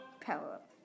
Power-up